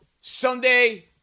Sunday